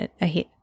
ahead